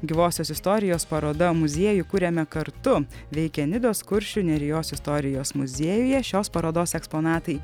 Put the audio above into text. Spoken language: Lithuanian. gyvosios istorijos paroda muziejų kuriame kartu veikia nidos kuršių nerijos istorijos muziejuje šios parodos eksponatai